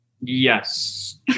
Yes